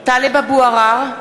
(קוראת בשמות חברי הכנסת) טלב אבו עראר,